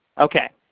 okay.